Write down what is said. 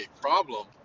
problem